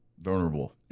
vulnerable